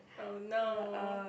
oh no